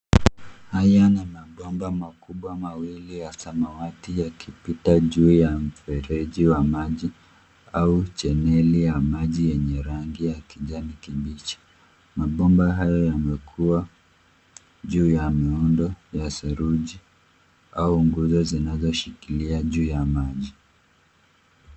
Haya ni mabomba makubwa mawili ya samawati yakipita juu ya mfereji wa maji, au cheneli ya maji yenye rangi ya kijani kibichi. Mabomba hayo yamekuwa juu ya muundo ya saruji, au nguzo zinazoshikilia juu ya maji.